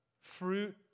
fruit